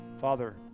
Father